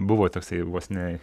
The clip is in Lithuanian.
buvo toksai vos ne